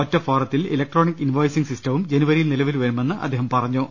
ഒറ്റഫോറത്തിൽ electronic invoicing സിസ്റ്റവും ജനുവരിയിൽ നിലവിൽ വരുമെന്ന് അദ്ദേഹം പറഞ്ഞു